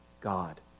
God